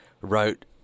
wrote